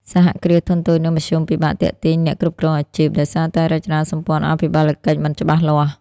សហគ្រាសធុនតូច និងមធ្យម ពិបាកទាក់ទាញអ្នកគ្រប់គ្រងអាជីព ដោយសារតែរចនាសម្ព័ន្ធអភិបាលកិច្ចមិនច្បាស់លាស់។